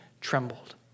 trembled